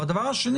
שנית,